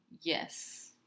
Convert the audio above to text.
Yes